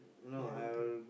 level two